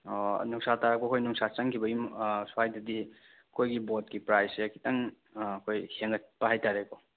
ꯑꯣ ꯅꯨꯡꯁꯥ ꯇꯥꯔꯛꯄ ꯑꯩꯈꯣꯏ ꯅꯨꯡꯁꯥ ꯆꯪꯈꯤꯕꯒꯤ ꯁ꯭ꯋꯥꯏꯗꯗꯤ ꯑꯩꯈꯣꯏꯒꯤ ꯕꯣꯠꯀꯤ ꯄ꯭ꯔꯥꯏꯖꯁꯦ ꯈꯤꯇꯪ ꯑꯩꯈꯣꯏ ꯍꯦꯟꯒꯠꯄ ꯍꯥꯏꯇꯥꯔꯦꯀꯣ